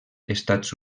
estats